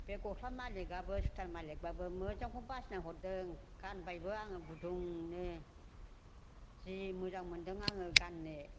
बे गस्ला मालिखआबो सुइटार मालिखआबो मोजांखौनो बासिनानै हरदों गानबायबो आङो गुदुंनो जि मोजां मोनदों आङो गाननो